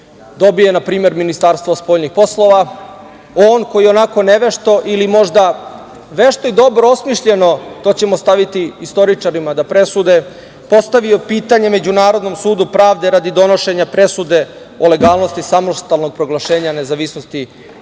dobije npr. Ministarstvo spoljnih poslova, on koji je onako nevešto ili možda vešto i dobro osmišljeno, to ćemo ostaviti istoričarima da presude, postavio pitanje Međunarodnom sudu pravde radi donošenja presude o legalnosti samostalnog proglašenja nezavisnosti „republike